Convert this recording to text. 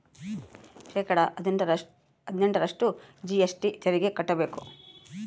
ಶೇಕಡಾ ಹದಿನೆಂಟರಷ್ಟು ಜಿ.ಎಸ್.ಟಿ ತೆರಿಗೆ ಕಟ್ಟ್ಬೇಕು